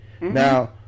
Now